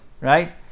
right